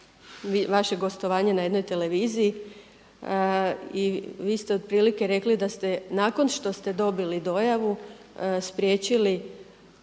vaše gostovanje na jednoj televiziji i vi ste otprilike rekli da ste nakon što ste dobili dojavu spriječili,